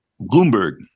Bloomberg